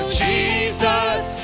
jesus